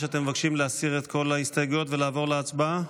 שאתם מבקשים להסיר את כל ההסתייגויות ולעבור להצבעה?